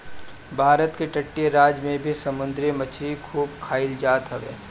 भारत के तटीय राज में भी समुंदरी मछरी खूब खाईल जात हवे